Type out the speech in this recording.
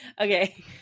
Okay